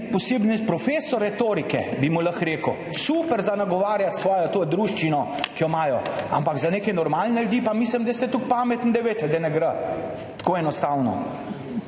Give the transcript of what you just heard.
poseben profesor retorike, super za nagovarjati svojo druščino, ki jo imajo, ampak za neke normalne ljudi pa mislim, da ste toliko pametni, da veste, da ne gre tako enostavno.